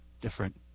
different